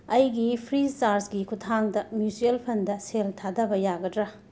ꯑꯩꯒꯤ ꯐ꯭ꯔꯤ ꯆꯥꯔꯖꯀꯤ ꯈꯨꯠꯊꯥꯡꯗ ꯃꯨꯆ꯭ꯌꯨꯜ ꯐꯟꯗ ꯁꯦꯜ ꯊꯥꯗꯕ ꯌꯥꯒꯗ꯭ꯔꯥ